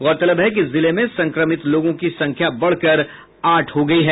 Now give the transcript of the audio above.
गौरतलब है कि जिले में संक्रमित लोगों की संख्या बढ़कर आठ हो गयी है